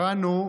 קראנו: